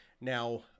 now